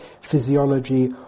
physiology